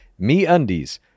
MeUndies